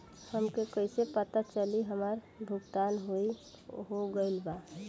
हमके कईसे पता चली हमार भुगतान हो गईल बा?